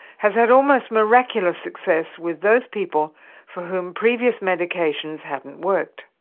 has had almost miraculous success with those people for whom previous medications haven't worked.